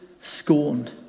scorned